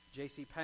JCPenney